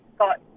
got